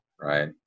right